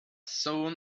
soon